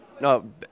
No